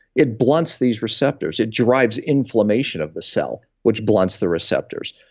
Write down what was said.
it blunts these receptors. it drives inflammation of the cell, which blunts the receptors.